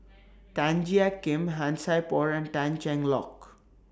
Tan Jiak Kim Han Sai Por and Tan Cheng Lock